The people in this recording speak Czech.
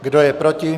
Kdo je proti?